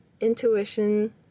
intuition